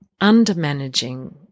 under-managing